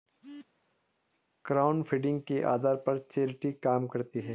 crowdfunding के आधार पर चैरिटी काम करती है